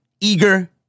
eager